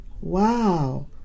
Wow